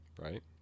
right